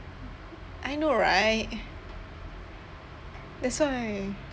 I know right that's why